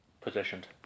positioned